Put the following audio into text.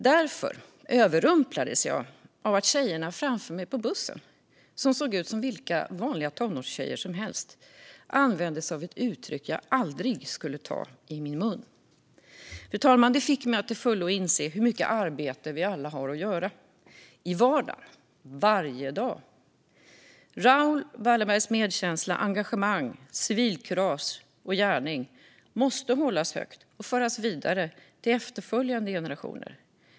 Därför överrumplades jag av att tjejerna framför mig på bussen, som såg ut som vilka vanliga tonårstjejer som helst, använde sig av ett uttryck som jag aldrig skulle ta i min mun. Fru talman! Det fick mig att till fullo inse hur mycket arbete vi alla har att göra. I vardagen. Varje dag. Raoul Wallenbergs medkänsla, engagemang, civilkurage och gärning måste hållas högt och föras vidare till efterföljande generationer.